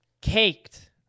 caked